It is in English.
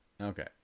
Okay